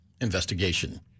investigation